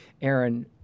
Aaron